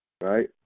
right